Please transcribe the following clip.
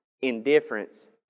indifference